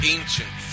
Ancient